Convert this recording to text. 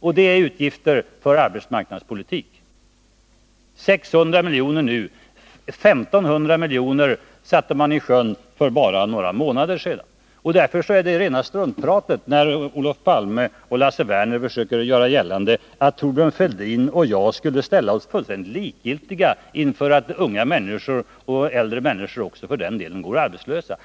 och det är utgifter för arbetsmarknadspolitiken. Där satsas nu 600 milj.kr., 1 500 milj.kr. satsades för bara några månader sedan. Därför är det rena struntpratet, när Lars Werner och Olof Palme försöker göra gällande att Thorbjörn Fälldin och jag skulle ställa oss fullständigt likgiltiga inför att unga människor, och för den delen också äldre människor, går arbetslösa.